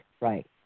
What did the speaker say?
right